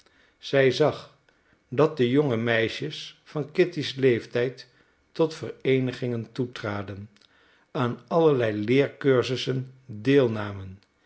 zij zag dat de jonge meisjes van kitty's leeftijd tot vereenigingen toetraden aan allerlei leercursussen deel